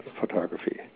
photography